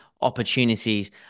opportunities